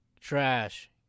Trash